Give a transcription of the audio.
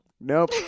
Nope